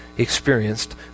experienced